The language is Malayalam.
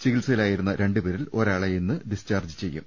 ചികിത്സയിലായിരുന്ന രണ്ടുപേരിൽ ഒരാളെ ഇന്ന് ഡിസ്ചാർജ്ജ് ചെയ്യും